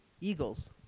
Eagles